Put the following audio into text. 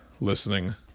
listening